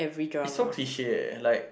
it's so cliche eh like